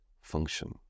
function